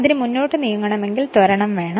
അതിന് മുന്നോട്ട് നീങ്ങണമെങ്കിൽ ത്വരണം വേണം